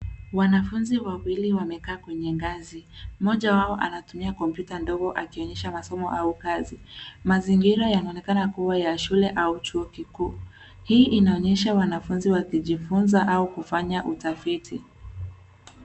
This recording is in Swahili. Wanafunzi wawili wamekaa kwenye ngazi, mmoja wao anatumia kompyuta ndogo akionyesha masomo au kazi. Mazingira yanaonekana ya shule au chuo kikuu. Hii inaonyesha wanafunzi wakijifunza au kufanya utafiti.